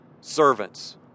servants